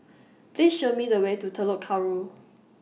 Please Show Me The Way to Telok Kurau